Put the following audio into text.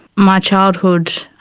my childhood